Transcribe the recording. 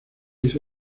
hizo